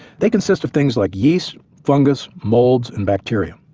they consist of things like yeasts, fungus, molds, and bacteria.